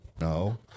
No